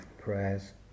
prayers